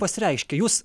pasireiškė jūs